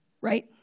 Right